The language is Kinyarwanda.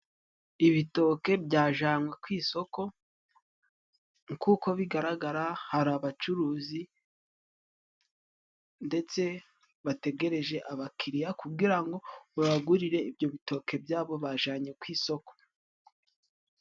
Ibitoke byajanywe ku isoko nk'uko bigaragara, hari abacuruzi ndetse bategereje abakiriya, kugira ngo babagurire ibyo bitoke byabo bajanye ku isoko.